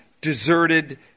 deserted